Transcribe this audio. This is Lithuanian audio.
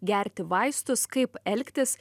gerti vaistus kaip elgtis